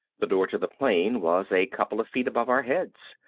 the door to the plane was a couple of feet above our heads.